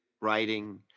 writing